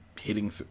hitting